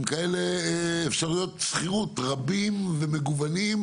כאלו אפשרויות שכירות רבות ומגוונות,